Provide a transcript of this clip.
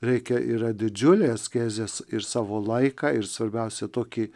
reikia yra didžiulės askezės ir savo laiką ir svarbiausia tokį